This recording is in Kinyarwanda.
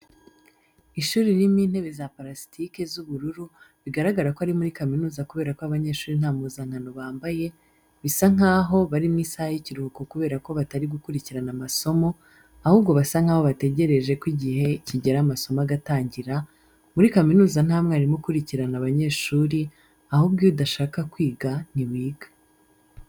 Ishuri ririmo intebe za parasitike z'ubururu bigaragara ko ari muri kaminuza kubera ko abanyeshuri nta muzankano bambaye, bisa nkaho bari mu isaha y'ikiruhuko kubera ko batari gukurikirana amasomo, ahubwo basa nkaho bategereje ko igihe kigera amasomo agatangira, muri kaminuza nta mwarimu ukurikirana abanyeshuri ahubwo iyo udashaka kwiga ntiwiga.